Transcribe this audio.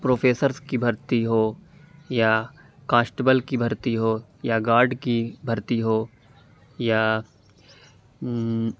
professors کی بھرتی ہو یا کانسٹیبل کی بھرتی ہو یا گارڈ کی بھرتی ہو یا